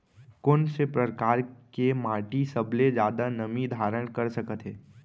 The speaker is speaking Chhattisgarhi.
कोन से परकार के माटी सबले जादा नमी धारण कर सकत हे?